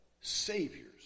saviors